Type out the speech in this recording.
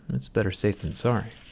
it's better safe than sorry.